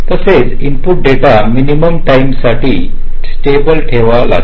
तसेच input data minimum time साठी stable ठेवा लागेल